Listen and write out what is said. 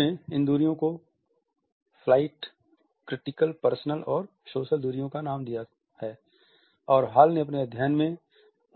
उन्होंने इन दूरियों को फ्लाइट क्रिटिकल पर्सनल और सोशल दूरियों का नाम दिया है और हॉल ने अपने अध्ययन में